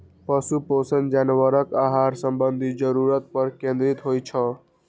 पशु पोषण जानवरक आहार संबंधी जरूरत पर केंद्रित होइ छै